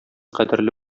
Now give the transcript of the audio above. кадерле